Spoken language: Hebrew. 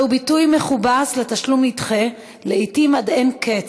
זהו ביטוי מכובס לתשלום נדחה, לעתים עד אין קץ.